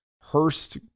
Hurst